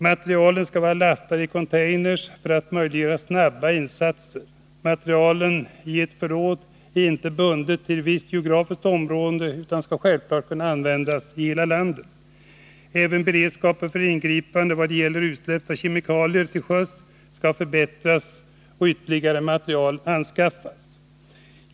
Materielen skall vara lastad i containers för att möjliggöra snabba insatser. Materielen i ett förråd är inte bunden till ett visst geografiskt område utan skall självfallet kunna användas i hela landet. Även beredskapen för ingripanden vad gäller utsläpp av kemikalier till sjöss skall förbättras. Ytterligare materiel skall anskaffas.